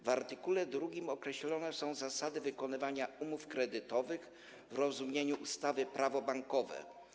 W art. 2 określone są zasady wykonywania umów kredytowych w rozumieniu ustawy Prawo bankowe.